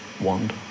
wand